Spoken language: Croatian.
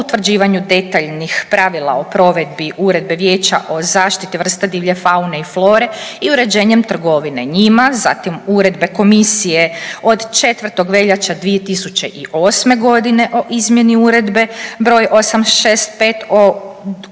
utvrđivanju detaljnih pravila o provedbi Uredbe Vijeća o zaštiti vrsta divlje faune i flore i uređenjem trgovine njima, zatim Uredbe komisije od 4. veljače 2008.g. o izmjeni Uredbe br. 865/2006